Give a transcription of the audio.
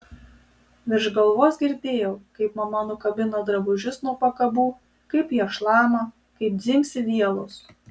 virš galvos girdėjau kaip mama nukabina drabužius nuo pakabų kaip jie šlama kaip dzingsi vielos